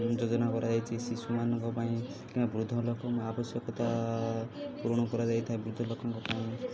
ଯୋଜନା କରାଯାଇଛିି ଶିଶୁମାନଙ୍କ ପାଇଁ ବୃଦ୍ଧ ଲୋକଙ୍କ ଆବଶ୍ୟକତା ପୂରଣ କରାଯାଇଥାଏ ବୃଦ୍ଧ ଲୋକଙ୍କ ପାଇଁ